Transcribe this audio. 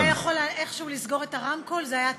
אם הוא היה יכול איכשהו לסגור את הרמקול זה היה טוב,